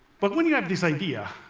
but when you have this idea,